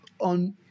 on